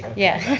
yeah.